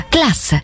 Class